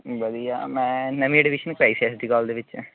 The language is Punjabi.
ਵਧੀਆ ਮੈਂ ਨਵੀਂ ਐਡਮਿਸ਼ਨ ਕਰਾਈ ਸੀ ਐੱਸ ਡੀ ਕਾਲਜ ਦੇ ਵਿੱਚ